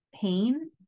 pain